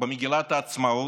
במגילת העצמאות,